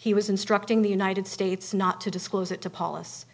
he was instructing the united states not to disclose it to paulus